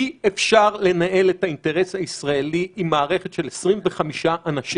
אי-אפשר לנהל את האינטרס הישראלי עם מערכת של 25 אנשים.